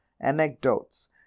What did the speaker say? anecdotes